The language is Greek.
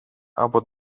από